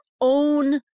own